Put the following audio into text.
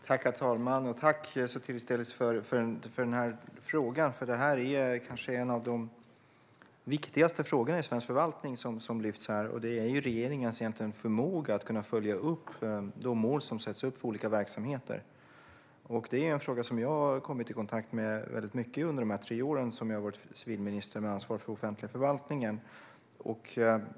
Herr talman! Tack, Sotiris Delis, för frågan! Kanske lyfts en av de viktigaste frågorna inom svensk förvaltning fram här. Det handlar om regeringens förmåga att följa upp de mål som sätts upp för olika verksamheter. Det här är en fråga som jag har kommit i kontakt med väldigt mycket under de tre år som jag har varit civilminister med ansvar för den offentliga förvaltningen.